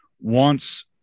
wants